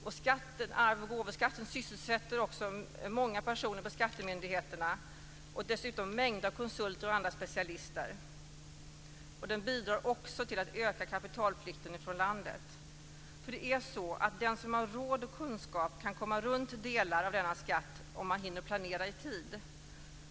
Arvs och gåvoskatten sysselsätter många personer på skattemyndigheterna och dessutom mängder av konsulter och andra specialister. Den bidrar också till att öka kapitalflykten från landet. Den som har råd och kunskap kan komma runt delar av denna skatt om man hinner planera i tid.